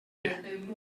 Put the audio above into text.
you